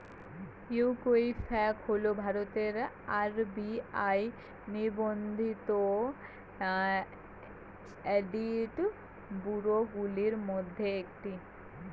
Equifax হল ভারতের RBI নিবন্ধিত ক্রেডিট ব্যুরোগুলির মধ্যে একটি